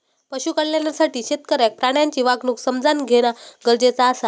पशु कल्याणासाठी शेतकऱ्याक प्राण्यांची वागणूक समझान घेणा गरजेचा आसा